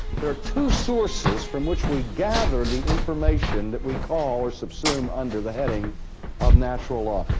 there are two sources from which we gather the information that we call or subsume under the heading of natural law.